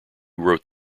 wrote